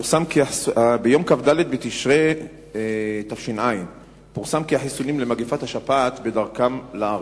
ביום כ"ד בתשרי תש"ע פורסם כי החיסונים למגפת השפעת בדרכם לארץ.